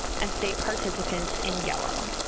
and state participants in yellow.